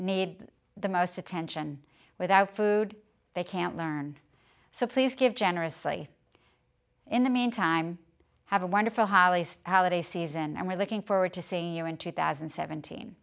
need the most attention without food they can't learn so please give generously in the meantime have a wonderful highly holiday season and we're looking forward to seeing you in two thousand and seventeen